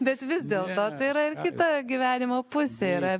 bet vis dėlto tai yra ir kita gyvenimo pusė yra